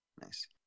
Nice